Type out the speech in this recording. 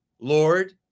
Lord